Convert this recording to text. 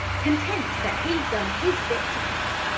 content that he'd done his bit to help.